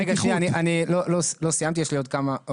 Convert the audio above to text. רגע, שנייה, אני לא סיימתי, יש לי עוד כמה דברים.